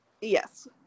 Yes